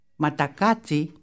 matakati